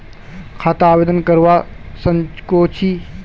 खाता आवेदन करवा संकोची?